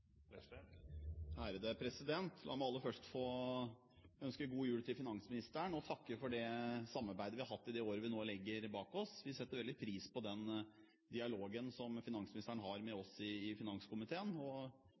takke for det samarbeidet vi har hatt i løpet av det året vi nå legger bak oss. Vi setter veldig pris på den dialogen som finansministeren har med oss i finanskomiteen, og